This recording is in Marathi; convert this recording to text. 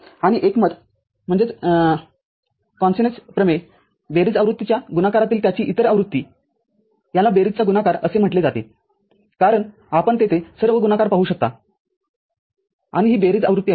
आणि एकमत प्रमेय बेरीज आवृत्तीच्या गुणाकारातील त्याची इतर आवृत्ती याला बेरीजचा गुणाकार असे म्हटले जाते कारण आपण तेथे सर्व गुणाकार पाहू शकता आणि ही बेरीज आवृत्ती आहे